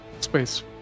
space